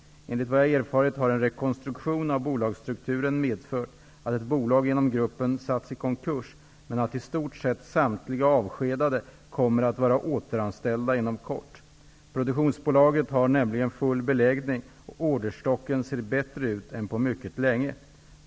Enligt vad jag erfarit har en rekonstruktion av bolagsstrukturen medfört att ett bolag inom gruppen satts i konkurs, men att i stort sett samtliga avskedade kommer att vara återanställda inom kort. Produktionsbolaget har nämligen full beläggning och orderstocken ser bättre ut än på mycket länge.